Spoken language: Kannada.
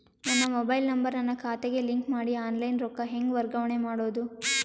ನನ್ನ ಮೊಬೈಲ್ ನಂಬರ್ ನನ್ನ ಖಾತೆಗೆ ಲಿಂಕ್ ಮಾಡಿ ಆನ್ಲೈನ್ ರೊಕ್ಕ ಹೆಂಗ ವರ್ಗಾವಣೆ ಮಾಡೋದು?